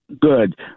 Good